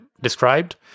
described